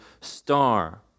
star